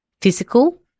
Physical